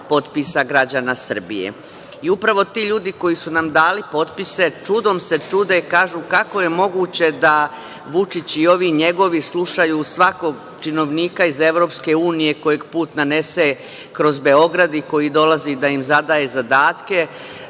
Srbije. Upravo ti ljudi koji su nam dali potpise čudom se čude, kažu – kako je moguće da Vučić i ovi njegovi slušaju svakog činovnika iz EU, kojeg put nanese kroz Beograd i koji dolazi da im zadaje zadatke,